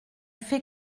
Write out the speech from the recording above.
fait